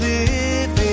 Living